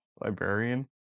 librarian